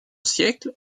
siècle